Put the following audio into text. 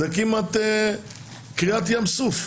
זה כמעט קריעת ים סוף.